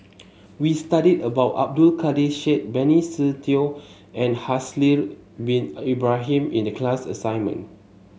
we studied about Abdul Kadir Syed Benny Se Teo and Haslir Bin Ibrahim in the class assignment